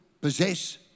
possess